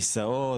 נישאות